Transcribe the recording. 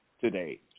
today